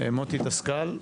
מוטי דסקל.